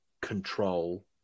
control